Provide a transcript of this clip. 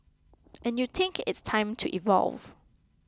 and you think it's time to evolve